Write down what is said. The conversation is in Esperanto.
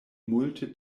multe